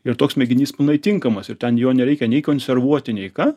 ir toks mėginys pilnai tinkamas ir ten jo nereikia nei konservuoti nei ką